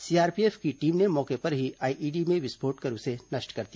CRPF की team ने मौके पर ही आईईडी में विस्फोट कर उसे नष्ट कर दिया